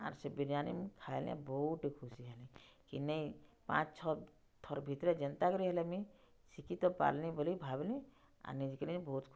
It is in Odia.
ଆର୍ ସେ ବିରିୟାନୀ ମୁଁ ଖାଇଲେ ବହୁତଁଟେ ଖୁସି ହେଲି କି ନେଇ ପାଞ୍ଚ୍ ଛଅ ଥର୍ ଭିତ୍ରେ ଯେନ୍ତା କରି ହେଲେ ଶିଖି ତ ପାର୍ଲିନ ବୋଲି ଭାବ୍ଲି ଆର୍ ନିଜ୍କେ ନିଜ୍ ବହୁତ୍ ଖୁସି